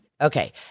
Okay